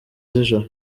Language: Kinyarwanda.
z’ijoro